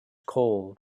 cold